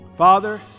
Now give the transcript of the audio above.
Father